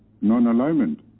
non-alignment